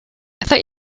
thought